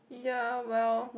ya well